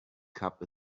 cup